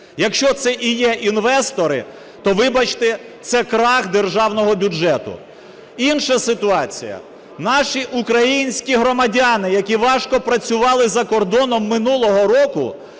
якщо це і є інвестори, то, вибачте, це крах державного бюджету. Інша ситуація, наші українські громадяни, які важко працювали за кордоном минулого року,